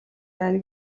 байна